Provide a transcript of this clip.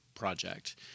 Project